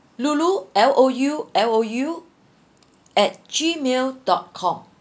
loulou L O U L O U at gmail dot com